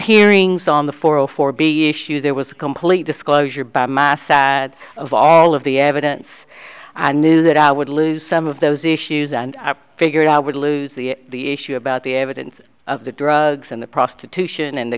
hearings on the four hundred four b issues there was a complete disclosure by mass sat of all of the evidence and knew that i would lose some of those issues and i figured i would lose the issue about the evidence of the drugs and the prostitution and the